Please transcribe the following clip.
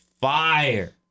fire